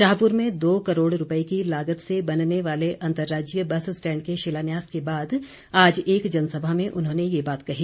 शाहपुर में दो करोड़ रुपए की लागत से बनने वाले अंतर्राज्जीय बस स्टैंड के शिलान्यास के बाद आज एक जनसभा में उन्होंने यह बात कही